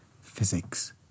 physics